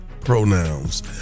pronouns